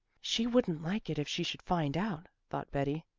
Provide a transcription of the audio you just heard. she wouldn't like it if she should find out, thought betty,